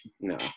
No